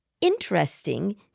interesting